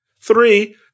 Three